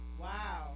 Wow